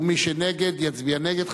ומי שנגד, יצביע נגד.